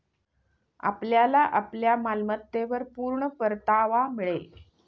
आपल्याला आपल्या मालमत्तेवर पूर्ण परतावा मिळेल